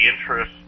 interest